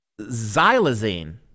xylazine